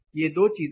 ये दो चीजें हैं